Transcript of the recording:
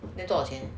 then 多少钱